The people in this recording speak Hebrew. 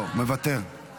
לא, מוותר.